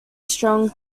strong